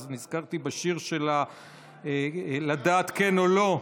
אז נזכרתי בשיר שלה "לדעת כן או לא",